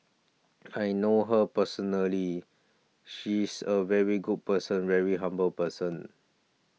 I know her personally she's a very good person very humble person